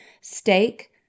Steak